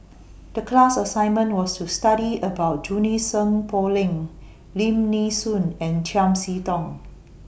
The class assignment was to study about Junie Sng Poh Leng Lim Nee Soon and Chiam See Tong